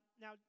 now